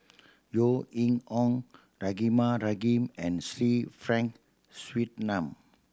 Yeo Ning Hong Rahimah Rahim and Sir Frank Swettenham